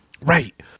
Right